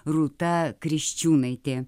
rūta kriščiūnaitė